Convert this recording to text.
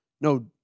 no